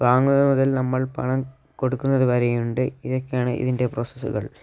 വാങ്ങുന്നത് മുതൽ നമ്മൾ പണം കൊടുക്കുന്നത് വരെയുണ്ട് ഇതൊക്കെയാണ് ഇതിൻ്റെ പ്രോസസ്സുകൾ